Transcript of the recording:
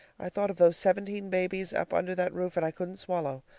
i thought of those seventeen babies up under that roof, and i couldn't swallow.